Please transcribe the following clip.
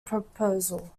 proposal